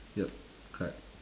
yup correct